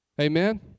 Amen